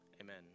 Amen